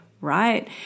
right